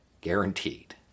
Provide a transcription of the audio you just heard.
guaranteed